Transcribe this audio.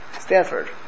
Stanford